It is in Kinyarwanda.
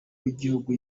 w’igihugu